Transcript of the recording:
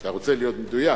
אתה רוצה להיות מדויק.